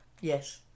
Yes